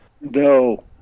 No